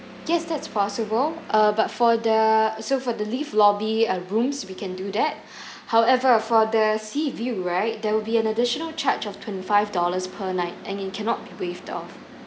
yes that's possible uh but for the so for the lift lobby uh rooms we can do that however for the sea view right there will be an additional charge of twenty five dollars per night and it cannot be waived off